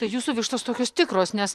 tai jūsų vištos tokios tikros nes